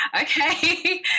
okay